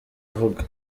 avuga